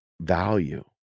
value